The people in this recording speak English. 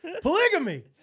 Polygamy